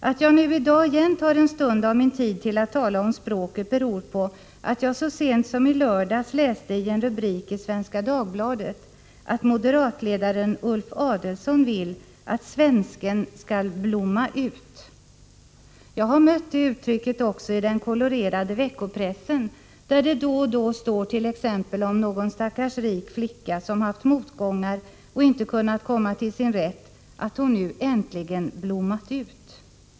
Att jag nu i dag använder en stund av min tid till att tala om språket beror på att jag så sent som i lördags läste i en rubrik i Svenska Dagbladet att moderatledaren Ulf Adelsohn vill att svensken skall ”blomma ut”. Jag har mött det uttrycket också i den kolorerade veckopressen, där det då och då står t.ex. om någon stackars rik flicka, som haft motgångar och inte kunnat komma till sin rätt, att hon nu äntligen ”blommat ut”.